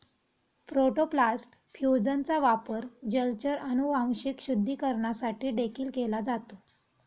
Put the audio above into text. protoplast फ्यूजनचा वापर जलचर अनुवांशिक शुद्धीकरणासाठी देखील केला जातो